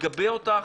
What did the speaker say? נגבה אותך.